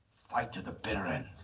fight to the bitter end.